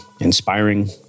inspiring